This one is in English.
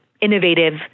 innovative